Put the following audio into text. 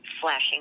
flashing